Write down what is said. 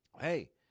hey